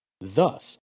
Thus